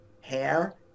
hair